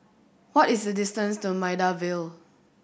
what is the distance to Maida Vale